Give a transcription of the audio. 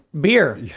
beer